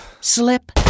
slip